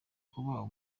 kuba